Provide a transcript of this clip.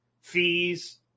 fees